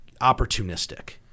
opportunistic